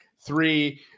three